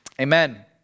Amen